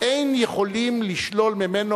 אין יכולים לשלול ממנו,